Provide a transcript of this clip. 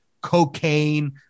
cocaine